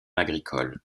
agricole